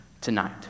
tonight